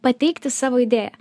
pateikti savo idėją